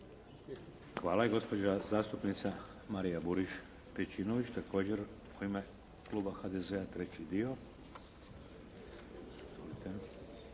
Hvala. Gospođa zastupnica Marija Burić Pejčinović također u ime kluba HDZ-a, treći dio.